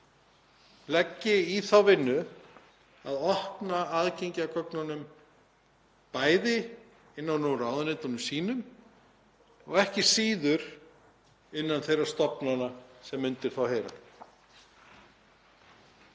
leggi í þá vinnu að opna aðgengi að gögnunum, bæði innan úr ráðuneytunum sínum og ekki síður innan þeirra stofnana sem undir þá heyra.